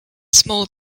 small